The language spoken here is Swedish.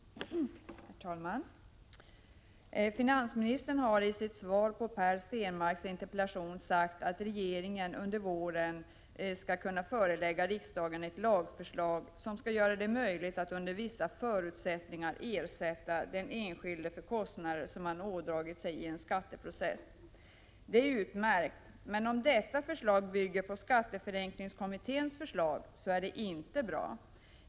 Herr talman! Finansministern har i sitt svar på Per Stenmarcks interpellation sagt att regeringen under våren skall kunna förelägga riksdagen ett lagförslag, som skall göra det möjligt att under vissa förutsättningar ersätta den enskilde för kostnader som han ådragit sig i en skatteprocess. Det är utmärkt, men om detta förslag bygger på skatteförenklingskommitténs förslag är det inte bra.